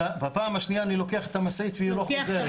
אלא בפעם השניהי אני לוקח את המשאית והיא לא חוזרת.